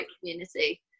community